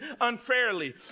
unfairly